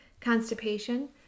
Constipation